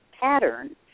pattern